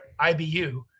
ibu